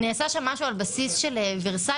נעשה שם משהו על בסיס של ורסאי.